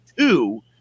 two